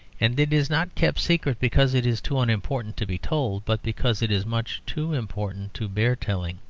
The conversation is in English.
and it is not kept secret because it is too unimportant to be told, but because it is much too important to bear telling.